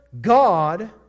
God